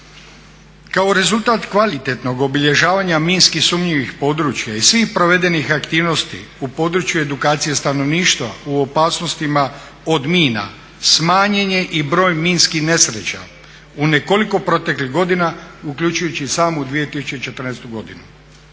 Kao rezultat kvalitetnog obilježavanja minski sumnjivih područja i svih provedenih aktivnosti u području edukacije stanovništva u opasnostima od mina smanjen je i broj minskih nesreća u nekoliko proteklih godina uključujući i samu 2014. godinu.